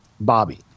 Bobby